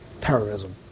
Terrorism